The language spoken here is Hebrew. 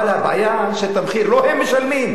אבל הבעיה שאת המחיר לא הם משלמים,